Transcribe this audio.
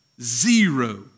Zero